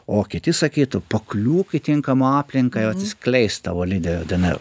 o kiti sakytų pakliūk į tinkamą aplinką atsiskleis tavo lyderio dnr